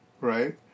Right